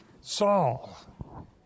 Saul